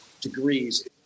degrees